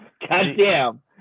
Goddamn